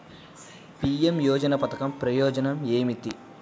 PM యోజన పధకం ప్రయోజనం ఏమితి?